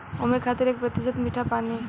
ओमें खातिर एक प्रतिशत मीठा पानी